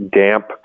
damp